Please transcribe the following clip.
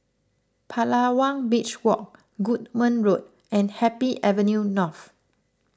Palawan Beach Walk Goodman Road and Happy Avenue North